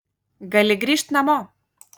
gali grįžt namo